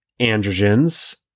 androgens